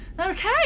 Okay